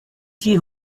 tree